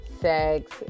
sex